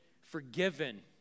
forgiven